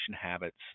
habits